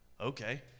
okay